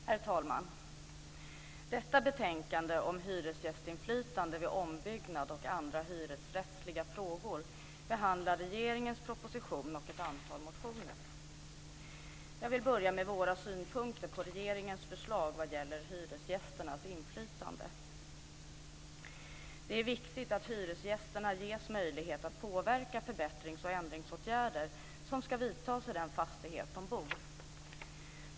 Herr talman! I detta betänkande om hyresgästinflytande vid ombyggnad och andra hyresrättsliga frågor behandlas regeringens proposition och ett antal motioner. Jag vill börja med våra synpunkter på regeringens förslag vad gäller hyresgästernas inflytande. Det är viktigt att hyresgästerna ges möjlighet att påverka förbättrings och ändringsåtgärder som ska vidtas i den fastighet där de bor.